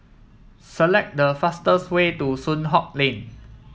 select the fastest way to Soon Hock Lane